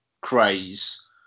craze